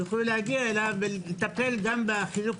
יוכלו להגיע ולטפל גם בחינוך,